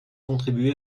contribuer